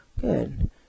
Good